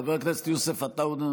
חבר הכנסת יוסף עטאונה,